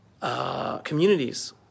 communities